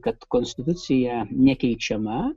kad konstitucija nekeičiama